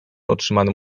otrzymanym